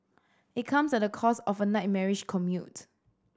it comes at the cost of a nightmarish commute